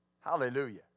Hallelujah